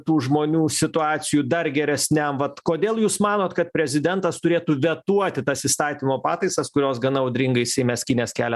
tų žmonių situacijų dar geresniam vat kodėl jūs manot kad prezidentas turėtų vetuoti tas įstatymo pataisas kurios gana audringai seime skynės kelią